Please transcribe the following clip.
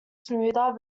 smoother